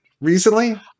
recently